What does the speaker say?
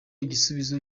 ibisubizo